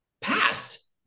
passed